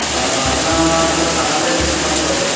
অঁ আপোনাৰ তাত সাধাৰণতে কি কি মাছ পোৱা যায়